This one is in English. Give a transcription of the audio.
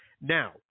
Now